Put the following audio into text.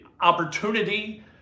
opportunity